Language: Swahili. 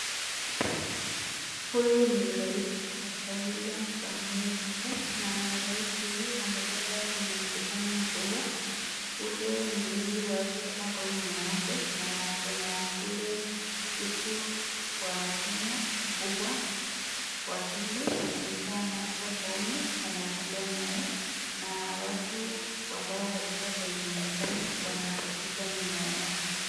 Huyu ni rais, doctor William Samoei Ruto, na rais huyu ametoka kwenye mkutano mkubwa ule mlinzi wake ako nyuma yake na ako na ule chifu wa Kenya mkubwa wa pili anaitwa Martha Koome anatembea naye na watu ambao walikua kwenye mkutano wanakuja nyuma yao.